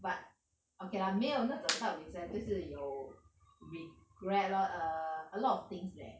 but okay lah 没有那种到 resent 就是有 regret lor err a lot things leh